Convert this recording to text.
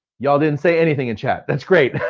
y'all didn't say anything in chat. that's great.